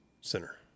Center